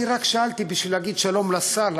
אני רק שאלתי בשביל להגיד שלום לשר,